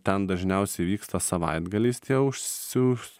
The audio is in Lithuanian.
ten dažniausiai vyksta savaitgaliais tie užsiu